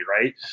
Right